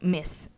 Miss